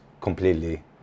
completely